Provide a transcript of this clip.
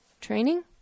training